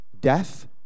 death